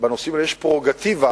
בנושאים האלה יש פררוגטיבה